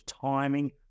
timing